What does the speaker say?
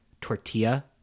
tortilla